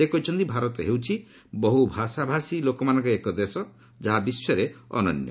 ସେ କହିଛନ୍ତି ଭାରତ ହେଉଛି ବହ୍ର ଭାଷାଭାଷୀ ଲୋକମାନଙ୍କର ଏକ ଦେଶ ଯାହା ବିଶ୍ୱରେ ଅନନ୍ୟ